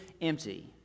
empty